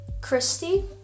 Christy